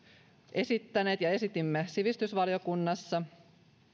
esittäneet ja esitimme sivistysvaliokunnassa